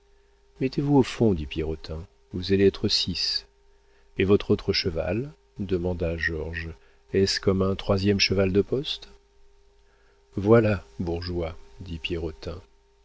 mettez-vous au fond dit pierrotin vous allez être six et votre autre cheval demanda georges est-ce comme un troisième cheval de poste voilà bourgeois dit